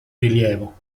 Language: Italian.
rilievo